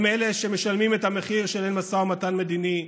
הם אלה שמשלמים את המחיר של אין משא-ומתן מדיני,